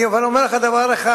אבל אני אומר לך דבר אחד,